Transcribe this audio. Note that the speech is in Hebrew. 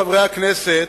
חברי הכנסת,